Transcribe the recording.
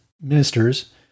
ministers